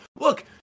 look